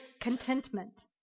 contentment